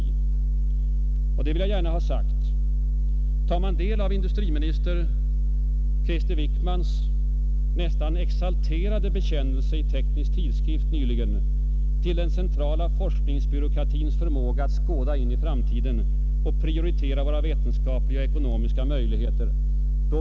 Jag vill framhålla att en vanlig människa blir skrämd när han tar del av industriminister Wickmans nästan exalterade bekännelse i Teknisk Tidskrift nyligen till den centrala forskningsbyråkratins förmåga att skåda in i framtiden och prioritera våra vetenskapliga och ekonomiska möjligheter.